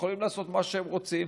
יכולים לעשות מה שהם רוצים,